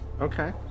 Okay